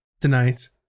tonight